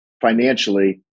financially